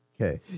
Okay